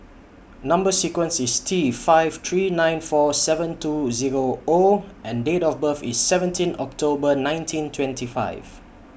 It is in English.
Number sequence IS T five three nine four seven two Zero O and Date of birth IS seventeen October nineteen twenty five